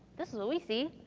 this is what we see.